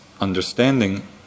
understanding